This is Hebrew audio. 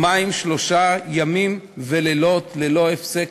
שלושה ימים ולילות ללא הפסק,